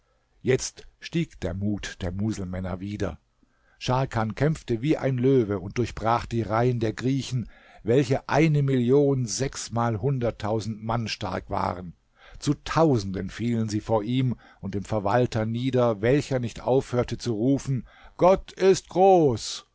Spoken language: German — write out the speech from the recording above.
jetzt stieg der mut der muselmänner wieder scharkan kämpfte wie ein löwe und durchbrach die reihen der griechen welche eine million sechsmalhunderttausend mann stark waren zu tausenden fielen sie vor ihm und dem verwalter nieder welcher nicht aufhörte zu rufen gott ist groß